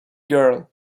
girl